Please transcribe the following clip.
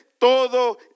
todo